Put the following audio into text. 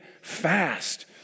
fast